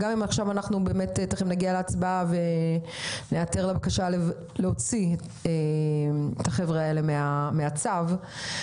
גם אם ניעתר עכשיו לבקשה להוציא את החבר'ה האלה מהצו.